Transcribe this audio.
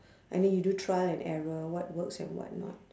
I mean you do trial and error what works and whatnot